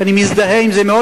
שאני מזדהה עם זה מאוד,